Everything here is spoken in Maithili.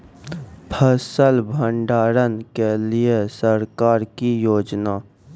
फसल भंडारण के लिए सरकार की योजना?